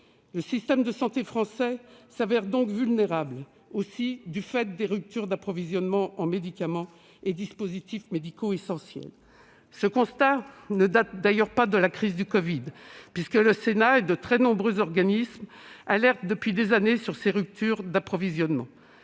Le système de santé français se révèle donc vulnérable aussi aux ruptures d'approvisionnement en médicaments et dispositifs médicaux essentiels. Ce constat ne date d'ailleurs pas de la crise du covid-19, puisque le Sénat et de très nombreux organismes alertent depuis des années sur ces ruptures d'approvisionnement.